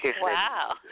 Wow